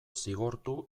zigortu